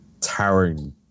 towering